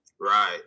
Right